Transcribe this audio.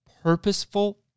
purposeful